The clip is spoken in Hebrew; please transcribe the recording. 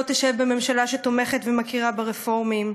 תשב בממשלה שתומכת ומכירה ברפורמים,